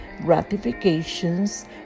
gratifications